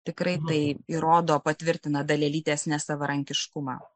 tikrai tai įrodo patvirtina dalelytės nesavarankiškumą